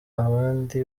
abandi